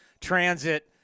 transit